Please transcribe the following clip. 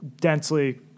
densely